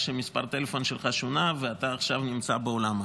שמספר הטלפון שלך שונה ואתה עכשיו נמצא בעולם אחר.